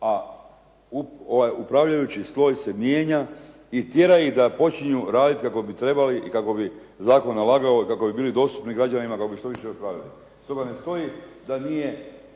upravljajući sloj se mijenja i tjera ih da počinju raditi kako bi trebali i kako bi zakon nalagao kako bi bili dostupni građanima kako bi što više napravili. Stoga ne stoji da nije,